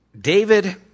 David